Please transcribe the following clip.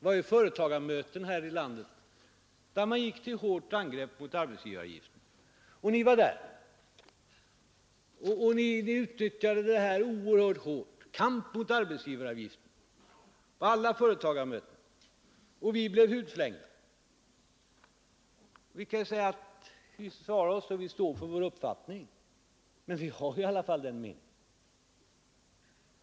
Det förekom företagarmöten här i landet, där man gick till hårt angrepp mot höjningen av arbetsgivaravgiften. Ni utnyttjade de mötena till en oerhört hård kamp mot arbetsgivaravgiften, och vi blev hudflängda. Vi redovisade vår uppfattning och den står vi för.